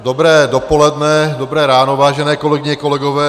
Dobré dopoledne, dobré ráno, vážené kolegyně, kolegové.